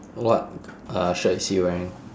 what uh shirt is he wearing